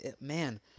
man